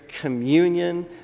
communion